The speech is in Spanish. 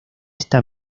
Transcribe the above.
esta